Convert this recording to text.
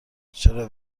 چرا